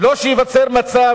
ולא ייווצר מצב